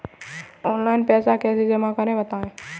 Online पैसा कैसे जमा करें बताएँ?